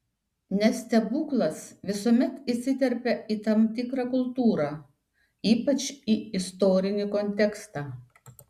nes stebuklas visuomet įsiterpia į tam tikrą kultūrą ypač į istorinį kontekstą